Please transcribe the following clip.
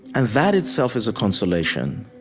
and that, itself, is a consolation.